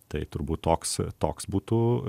tai turbūt toks toks būtų